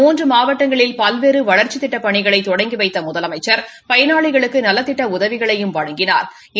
மூன்று மாவட்டங்களில் பல்வேறு வளர்ச்சித் திட்டப்பணிளை தொடங்கி வைத்த முதலமைச்ச் இந்த பயனாளிகளுக்கு நலத்திட்ட உதவிகளையும் வழங்கினாா்